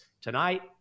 tonight